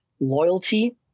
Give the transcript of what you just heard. loyalty